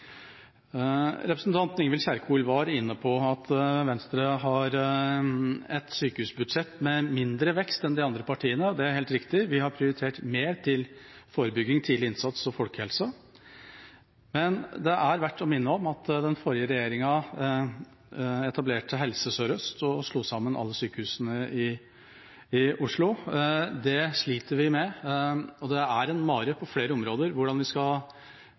Representanten Ingvild Kjerkol var inne på at Venstre har et sykehusbudsjett med mindre vekst enn de andre partiene. Det er helt riktig, vi har prioritert mer til forebygging, tidlig innsats og folkehelse. Men det er verdt å minne om at den forrige regjeringa etablerte Helse Sør-Øst og slo sammen alle sykehusene i Oslo. Det sliter vi med, og det er en mare på flere områder hvordan vi skal